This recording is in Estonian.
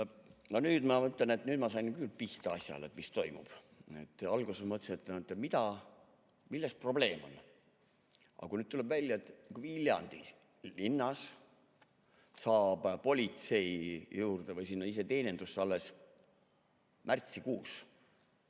nüüd ma sain küll pihta asjale, mis toimub. Alguses mõtlesin, et mida, milles probleem on. Aga nüüd tuleb välja, et Viljandi linnas saab politsei juurde või sinna iseteenindusse alles märtsikuus.